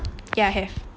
ya have